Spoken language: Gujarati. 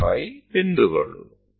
P4 P5 આ બિંદુઓ છે